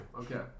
Okay